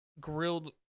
grilled